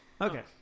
Okay